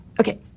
Okay